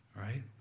right